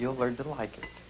you'll learn to like